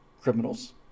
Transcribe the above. criminals